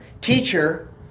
teacher